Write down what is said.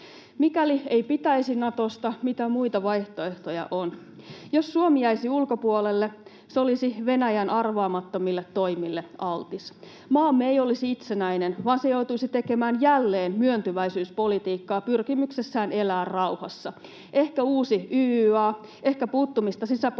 Mikäli ei pitäisi Natosta, mitä muita vaihtoehtoja on? Jos Suomi jäisi ulkopuolelle, se olisi Venäjän arvaamattomille toimille altis. Maamme ei olisi itsenäinen, vaan se joutuisi tekemään jälleen myöntyväisyyspolitiikkaa pyrkimyksessään elää rauhassa. Ehkä uusi YYA, ehkä puuttumista sisäpolitiikkaamme